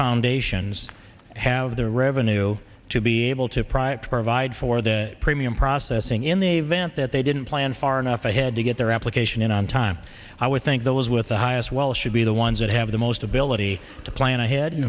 foundations have the revenue to be able to pry it to provide for their premium processing in the event that they didn't plan far enough ahead to get their application in on time i would think those with the highest well should be the ones that have the most ability to plan ahead you